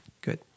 good